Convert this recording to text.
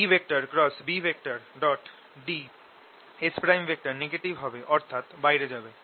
EBds negative হবে অর্থাৎ বাইরে যাবে